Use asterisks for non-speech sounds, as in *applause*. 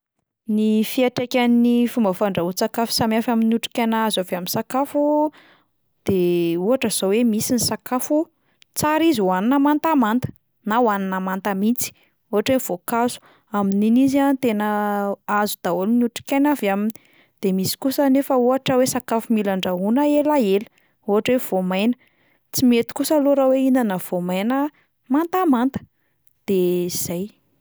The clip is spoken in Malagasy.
Ny fiantraikan'ny fomba fandrahoan-tsakafo samihafa amin'ny otrikaina azo avy amin'ny sakafo, de ohatra izao hoe misy ny sakafo, tsara izy hohanina mantamanta na hohanina manta mihitsy, ohatra hoe voankazo, amin'iny izy a, tena *hesitation* azo daholo ny otrikaina avy aminy, de misy kosa anefa ohatra hoe sakafo mila andrahoina elaela ohatra hoe voamaina, tsy mety kosa aliha raha hoe hihinana voamaina mantamanta, de izay.